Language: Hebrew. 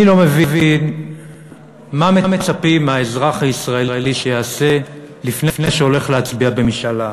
אני לא מבין מה מצפים שהאזרח הישראלי יעשה לפני שהולך להצביע במשאל העם,